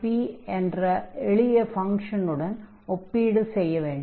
1xp என்ற எளிய ஃபங்ஷனுடன் ஒப்பீடு செய்ய வேண்டும்